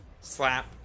slap